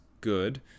good